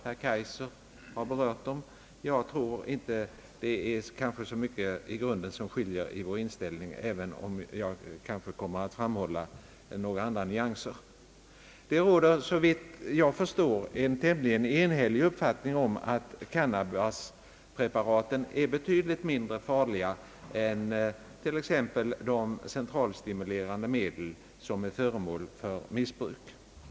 Herr Kaijser har berört dem. Jag tror inte att det i grund och botten är så mycket som skiljer i fråga om vår inställning, även om jag kommer att framhålla några andra nyanser. Det råder såvitt jag förstår en tämligen enhällig uppfattning att cannabispreparaten är betydligt mindre farliga än t.ex. de centralstimulerande medel som är föremål för missbruk.